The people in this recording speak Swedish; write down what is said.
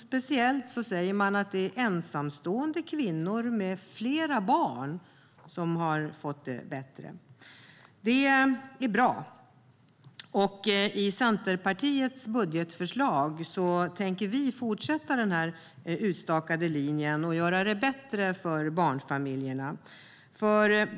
Speciellt har ensamstående kvinnor med flera barn fått det bättre. Det är bra. I Centerpartiets budgetförslag tänker vi fortsätta på den utstakade linjen och göra det bättre för barnfamiljerna.